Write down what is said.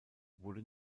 wurde